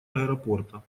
аэропорта